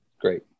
great